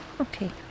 Okay